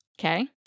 Okay